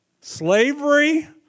Slavery